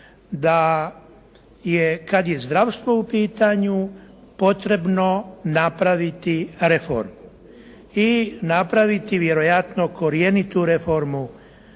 da je kada je zdravstvo u pitanju potrebno napraviti reformu. I napraviti vjerojatno korjenitu reformu.